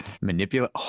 Manipulate